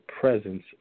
presence